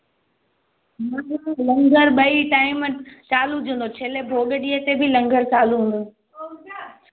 न न लंगर ॿई टाईम चालू हूंदो भोग ॾींहुं त बि लंगर चालू हूंदो